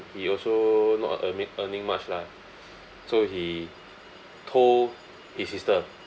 he also not earning earning much lah so he told his sister